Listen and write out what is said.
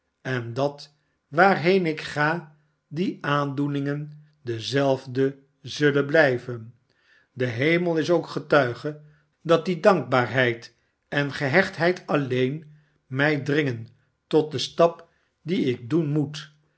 en dat waarheen ik ga die aandoeningen dezelfde zullen blijven de hemel is ook getuige dat die dankbaarheid en gehechtheid alleen mij dringen tot den stap dien ik doen moet